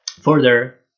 further